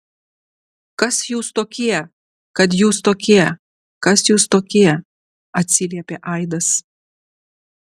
kas jūs tokie kad jūs tokie kas jūs tokie atsiliepė aidas